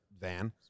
van